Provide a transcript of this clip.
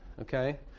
okay